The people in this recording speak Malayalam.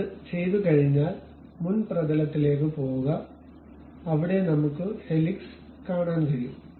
അത് ചെയ്തുകഴിഞ്ഞാൽ മുൻ പ്രതലത്തിലേക്ക് പോകുക അവിടെ നമുക്ക് ഈ ഹെലിക്സ് കാണാൻ കഴിയും